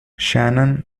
shannon